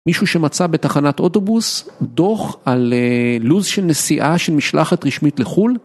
מישהו שמצא בתחנת אוטובוס דוח על לוז של נסיעה של משלחת רשמית לחול.